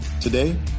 Today